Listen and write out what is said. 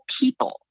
people